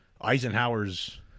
Eisenhower's